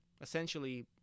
Essentially